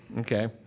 Okay